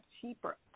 cheaper